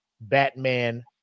Batman